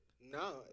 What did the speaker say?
No